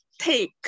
take